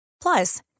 Plus